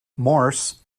morse